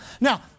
Now